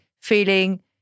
feeling